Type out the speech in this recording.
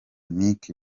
nick